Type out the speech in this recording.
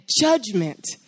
judgment